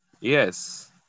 Yes